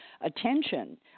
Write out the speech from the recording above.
attention